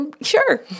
Sure